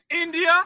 India